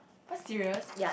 !huh! serious